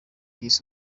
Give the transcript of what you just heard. y’isi